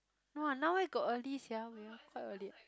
!wah! now where got early sia we all quite early ah